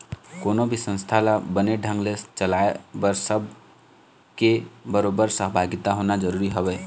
कोनो भी संस्था ल बने ढंग ने चलाय बर सब के बरोबर सहभागिता होना जरुरी हवय